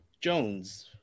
jones